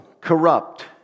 corrupt